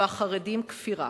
והחרדים, כפירה.